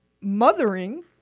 mothering